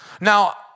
Now